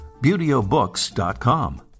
Beautyobooks.com